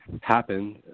happen